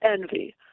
envy